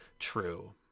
true